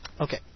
Okay